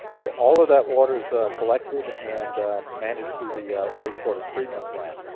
so all of that water's collected, and managed through the wastewater treatment plant.